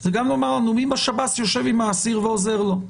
זה גם לומר לנו מי בשב"ס יושב עם האסיר ועוזר לו.